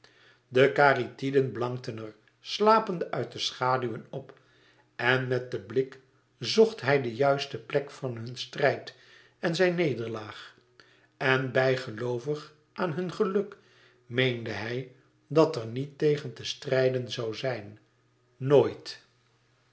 de karyatiden blankten er slapende uit de schaduw op en met den blik zocht hij de juiste plek van hun strijd e ids aargang zijn nederlaag en bijgeloovig aan hun geluk meende hij dat er niet tegen te strijden zoû zijn nooit